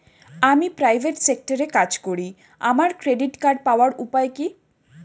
আমি প্রাইভেট সেক্টরে কাজ করি আমার ক্রেডিট কার্ড পাওয়ার উপায় কি?